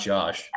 Josh